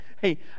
hey